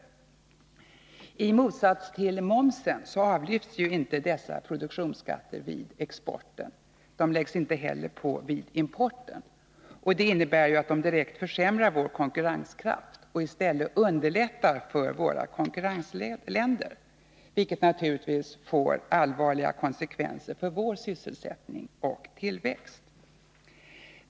I motsats till momsen avlyfts inte dessa produktionsskatter vid exporten, och de läggs inte heller på vid importen. Det innebär att de direkt försämrar vår konkurrenskraft och i stället underlättar för våra konkurrensländer, vilket naturligtvis får allvarliga konsekvenser för vår sysselsättning och tillväxt.